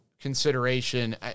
consideration